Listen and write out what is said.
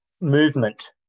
movement